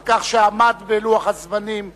על כך שעמד בלוח הזמנים בגבורה,